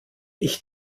ich